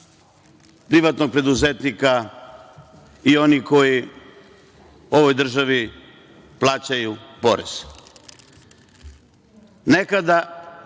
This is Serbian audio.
privatnog preduzetnika i oni koji ovoj državi plaćaju porez?